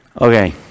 Okay